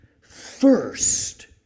first